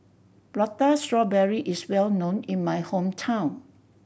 Prata Strawberry is well known in my hometown